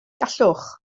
gallwch